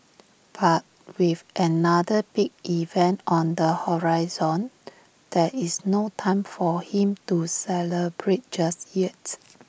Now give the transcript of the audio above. but with another big event on the horizon there is no time for him to celebrate just yet